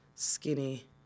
skinny